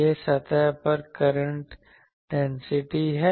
यहां सतह पर करंट डेंसिटी है